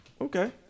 Okay